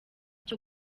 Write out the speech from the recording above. cyo